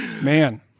Man